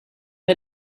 had